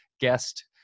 guest